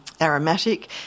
aromatic